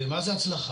ומה זה הצלחה?